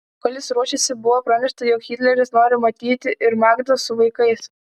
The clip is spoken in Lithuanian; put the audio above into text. kol jis ruošėsi buvo pranešta jog hitleris nori matyti ir magdą su vaikais